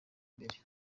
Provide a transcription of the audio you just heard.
mbere